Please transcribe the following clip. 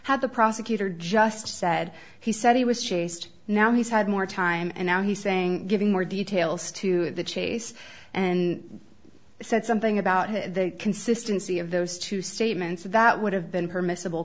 had the prosecutor just said he said he was chased now he's had more time and now he's saying giving more details to the chase and said something about the consistency of those two statements that would have been permissible